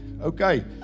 okay